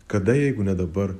kada jeigu ne dabar